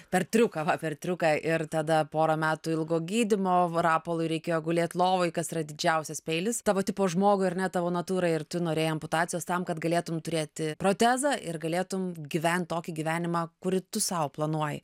per triuką va per triuką ir tada porą metų ilgo gydymo rapolui reikėjo gulėt lovoj kas yra didžiausias peilis tavo tipo žmogui ar ne tavo natūrai ir tu norėjai amputacijos tam kad galėtum turėti protezą ir galėtum gyvent tokį gyvenimą kurį tu sau planuoji